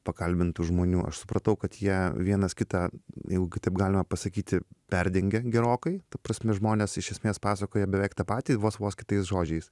pakalbintų žmonių aš supratau kad jie vienas kitą jeigu kai taip galima pasakyti perdengia gerokai ta prasme žmonės iš esmės pasakoja beveik tą patį vos vos kitais žodžiais